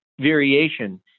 variation